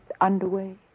underway